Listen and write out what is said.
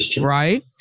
right